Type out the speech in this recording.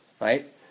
Right